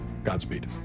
Godspeed